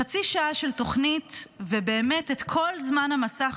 חצי שעה של תוכנית ובאמת את כל זמן המסך